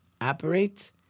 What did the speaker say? operate